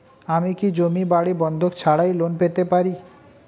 আমি কি জমি বাড়ি বন্ধক ছাড়াই লোন পেতে পারি?